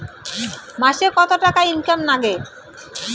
মাসে কত টাকা ইনকাম নাগে?